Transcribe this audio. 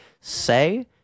say